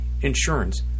insurance